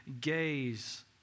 gaze